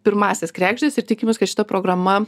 pirmąsias kregždes ir tikimės kad šita programa